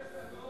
נציג סיעת ש"ס,